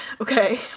Okay